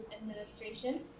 Administration